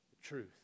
truth